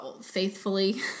faithfully